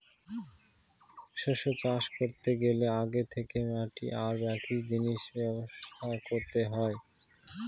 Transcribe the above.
শস্য চাষ করতে গেলে আগে থেকে মাটি আর বাকি জিনিসের ব্যবস্থা করতে হয়